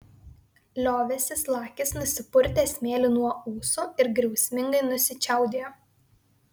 liovęsis lakis nusipurtė smėlį nuo ūsų ir griausmingai nusičiaudėjo